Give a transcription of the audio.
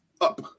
up